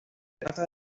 trata